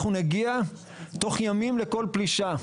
אנחנו נגיע תוך ימים לכל פלישה.